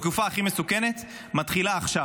מתחילה עכשיו,